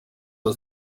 aho